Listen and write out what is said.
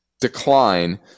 decline